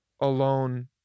alone